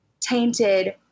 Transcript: tainted